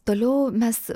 toliau mes